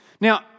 Now